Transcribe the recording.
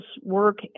work